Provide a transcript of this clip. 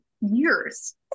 years